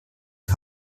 die